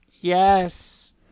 Yes